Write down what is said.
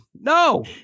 No